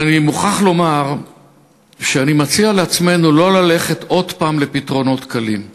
אבל אני מוכרח לומר שאני מציע לעצמנו לא ללכת שוב לפתרונות קלים.